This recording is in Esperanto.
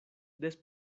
des